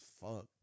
fuck